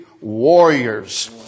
warriors